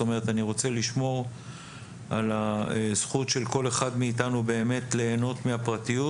אני רוצה לשמור על הזכות של כל אחד מאיתנו ליהנות מהפרטיות